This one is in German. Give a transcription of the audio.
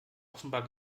offenbar